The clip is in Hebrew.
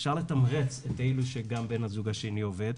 אפשר לתמרץ את אלו שגם בן הזוג השני עובד.